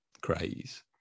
craze